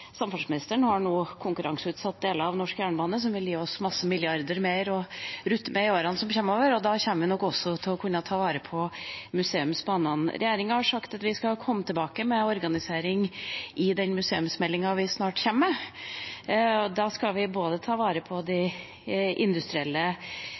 samferdselsministeren nå har konkurranseutsatt deler av norsk jernbane, noe som vil gi oss mange milliarder mer å rutte med i årene som kommer. Da kommer vi også til å kunne ta vare på museumsbanene. Regjeringa har sagt at den skal komme tilbake med organiseringen i den museumsmeldinga vi snart kommer med. Vi skal ta vare på de